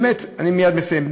אני מייד מסיים.